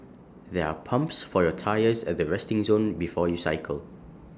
there are pumps for your tyres at the resting zone before you cycle